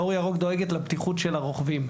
אור ירוק דואגת לפתיחות של הרוכבים.